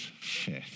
fifth